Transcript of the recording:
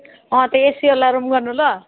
त्यो एसीवाला रुम गर्नु ल